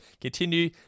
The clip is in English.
Continue